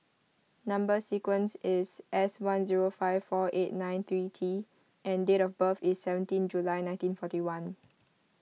Number Sequence is S one zero five four eight nine three T and date of birth is seventeen July nineteen forty one